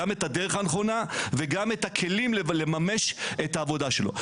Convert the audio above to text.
את הדרך הנכונה וגם את הכלים לממש את העבודה שלו.